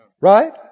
Right